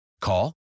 Call